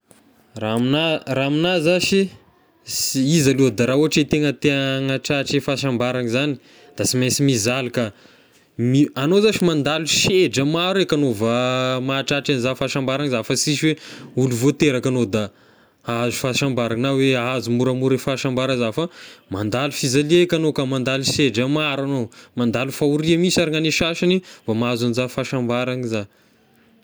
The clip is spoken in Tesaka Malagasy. Raha amigna, raha amigna zashy sy- izy aloha raha ohatry hoe tegna te hanatratry e fahasambarana zagny da sy mainsy mizaly ka, mi- agnao zashy mandalo sedra maro eka agnao va mahatratry iza fahasambara iza fa sisy hoe olo vo teraka agnao da ahazo fahasambara na hoe ahazo moramora e fahasambara za fa mandalo fizalia eky agnao ka mandalo sedra maro agnao, mandalo fahoria mihinsy ary ny agny sasagny vao mahazo an'iza fahasambaran'iza.